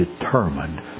determined